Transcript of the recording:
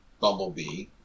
bumblebee